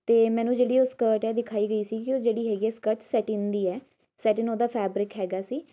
ਅਤੇ ਮੈਨੂੰ ਜਿਹੜੀ ਉਹ ਸਕਰਟ ਹੈ ਦਿਖਾਈ ਗਈ ਸੀ ਕਿ ਉਹ ਜਿਹੜੀ ਹੈਗੀ ਹੈ ਸਕਰਟ ਸੈਟਿਨ ਦੀ ਹੈ ਸੈਟਿਨ ਉਹਦਾ ਫੈਬਰਿਕ ਹੈਗਾ ਸੀ